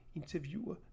interviewer